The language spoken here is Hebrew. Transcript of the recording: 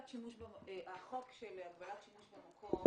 החוק של הגבלת שימוש במקום